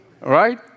right